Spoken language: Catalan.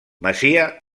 masia